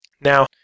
Now